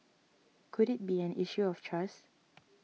could it be an issue of trust